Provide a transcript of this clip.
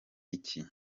iki